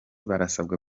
barasabwa